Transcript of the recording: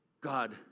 God